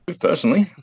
personally